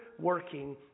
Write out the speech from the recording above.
working